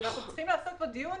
ואם אנחנו צריכים לעשות פה דיון,